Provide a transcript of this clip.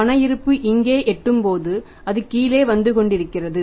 பண இருப்பு இங்கே எட்டும்போது அது கீழே வந்து கொண்டிருக்கிறது